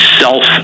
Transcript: self